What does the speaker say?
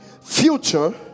future